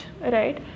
right